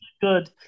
Good